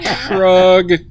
Shrug